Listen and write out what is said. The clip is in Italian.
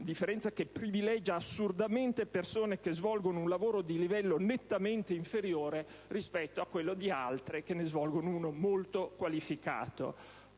differenza che privilegia assurdamente persone che svolgono un lavoro di livello nettamente inferiore rispetto a quello di altre che ne svolgono uno molto qualificato.